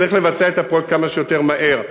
וצריך לבצע את הפרויקט כמה שיותר מהר.